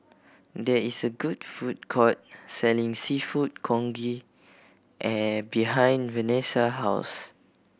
there is a good food court selling Seafood Congee behind Vanessa's house